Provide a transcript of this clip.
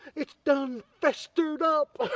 it's done festered up.